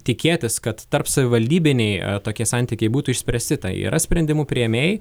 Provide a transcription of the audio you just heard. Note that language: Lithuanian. tikėtis kad tarpsavivaldybinėj tokie santykiai būtų išspręsti tai yra sprendimų priėmėjai